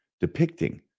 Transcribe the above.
depicting